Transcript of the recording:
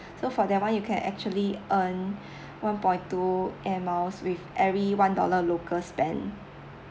so for that one you can actually earn one point two air miles with every one dollar local spent